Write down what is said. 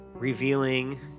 Revealing